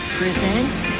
presents